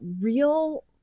real